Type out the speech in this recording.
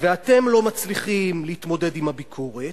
ואתם לא מצליחים להתמודד עם הביקורת,